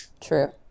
True